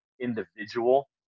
individual